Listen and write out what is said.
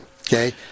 Okay